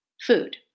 food